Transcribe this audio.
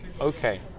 Okay